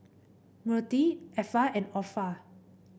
Myrtie Effa and Orpha